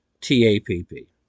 T-A-P-P